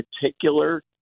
particular